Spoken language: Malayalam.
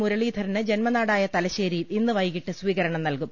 മുരളീധരന് ജൻമനാടായ തലശ്ശേരിയിൽ ഇന്ന് വൈകീട്ട് സ്വീകരണം നൽകും